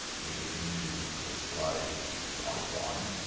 we shipped a new display pipeline,